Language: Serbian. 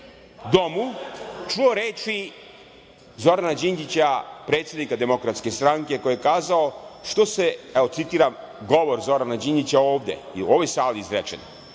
domu čuo reči Zorana Đinđića, predsednika Demokratske stranke, koji je kazao, evo citiram govor Zorana Đinđića, ovde i u ovoj sali izrečen: